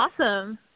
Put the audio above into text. Awesome